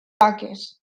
vaques